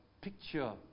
picture